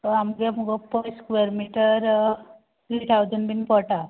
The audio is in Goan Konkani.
आमगे मुगो पर स्केवर मिटर त्री थावजंड बीन पोडटा